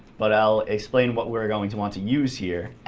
but i'll explain what we're going to want to use here.